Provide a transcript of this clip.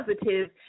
positive